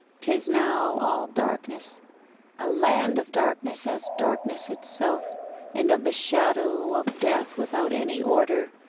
tis now all darkness a land of darkness as darkness itself and of the shadow of death without any order,